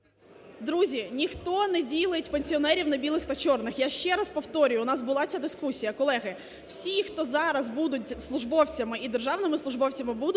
Друзі, ніхто не ділить пенсіонерів на білих та чорних, я ще раз повторюю. У нас була ця дискусія. Колеги, всі, хто зараз будуть службовцями і державними службовцями,